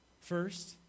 First